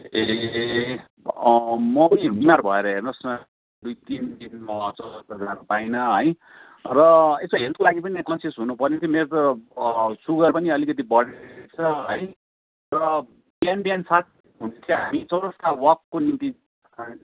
ए म पनि बिमार भएर हेर्नुहोस् न दुई तिन दिन म चौरस्ता जानु पाइनँ है र यसो हेल्थको लागि पनि हेल्थ कन्सियस हुनुपर्यो मेरो त सुगर पनि अलिकति बढेछ है र बिहान बिहान साथ हुन्छ हामी चौरस्ता वाकको निम्ति